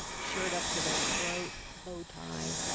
shirt up to the throat, bow tie,